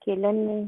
okay then